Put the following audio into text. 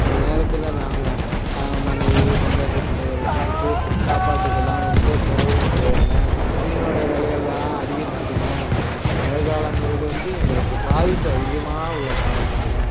அந்த நேரத்தில் நாங்கள் மனைவி பொண்டாட்டி பிள்ளைய வச்சிக்கிட்டு சாப்பாட்டுக்கெல்லாம் ரொம்ப சிரமப்படுவோங்க மீனோடய விலையெல்லாம் அதிகரிச்சுடுங்க மழை காலங்கிறது வந்து எங்களுக்கு பாதிப்பு அதிகமாக உள்ள காலந்தாங்க